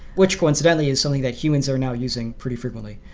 which coincidentally is something that humans are now using pretty frequently.